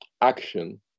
action